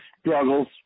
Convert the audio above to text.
struggles